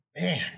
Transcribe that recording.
Man